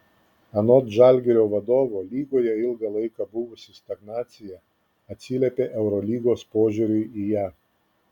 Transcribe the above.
anot žalgirio vadovo lygoje ilgą laiką buvusi stagnacija atsiliepė eurolygos požiūriui į ją